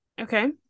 Okay